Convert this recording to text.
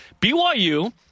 BYU